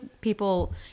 people